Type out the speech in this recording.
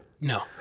No